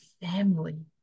family